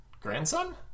grandson